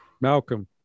Malcolm